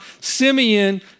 Simeon